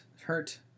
hurt